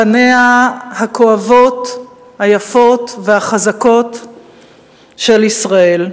פניה הכואבות, היפות והחזקות של ישראל,